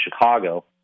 Chicago